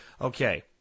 Okay